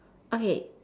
okay